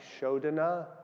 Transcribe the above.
shodana